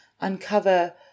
uncover